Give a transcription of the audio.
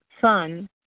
son